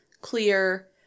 clear